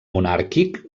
monàrquic